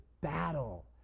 battle